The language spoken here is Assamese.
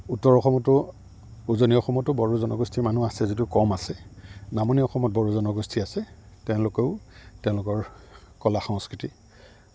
উত্তৰ অসমতো উজনি অসমতো বড়ো জনগোষ্ঠীৰ মানুহ আছে যদিও কম আছে নামনি অসমত বড়ো জনগোষ্ঠী আছে তেওঁলোকেও তেওঁলোকৰ কলা সংস্কৃতি